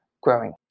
growing